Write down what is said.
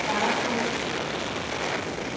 ग्यारां सौ